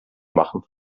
machen